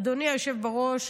אדוני היושב בראש,